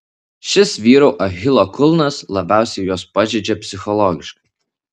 šis vyrų achilo kulnas labiausiai juos pažeidžia psichologiškai